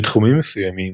בתחומים מסוימים,